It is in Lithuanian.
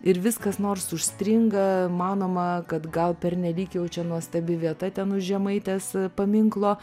ir vis kas nors užstringa manoma kad gal pernelyg jau čia nuostabi vieta ten už žemaitės paminklo